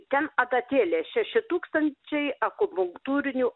ten adatėlės šeši tūkstančiai akupunktūrinių